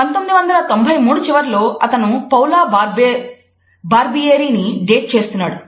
1993 చివర్లో అతను Paula Barbieri చేస్తున్నాడు